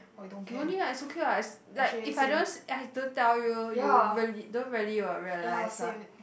no need ah it's okay what it's like if I don't see I don't tell you you really don't really will realise what